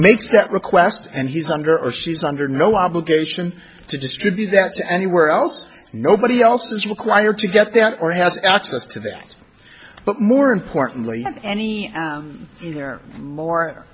makes that request and he's under or she's under no obligation to distribute that anywhere else nobody else is required to get that or has access to that but more importantly any more